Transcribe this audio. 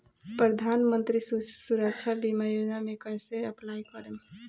प्रधानमंत्री सुरक्षा बीमा योजना मे कैसे अप्लाई करेम?